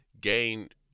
gained